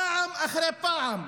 פעם אחרי פעם,